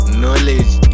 knowledge